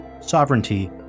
sovereignty